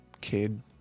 kid